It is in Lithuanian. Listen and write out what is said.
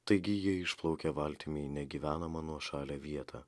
taigi jie išplaukė valtimi į negyvenamą nuošalią vietą